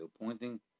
pointing